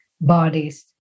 bodies